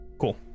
cool